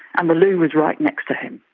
and the loo was right next to him.